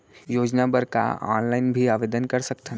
योजना बर का ऑनलाइन भी आवेदन कर सकथन?